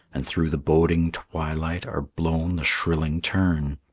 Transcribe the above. and through the boding twilight are blown the shrilling tern.